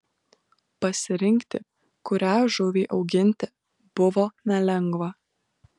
pasirinkti kurią žuvį auginti buvo nelengva